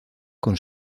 con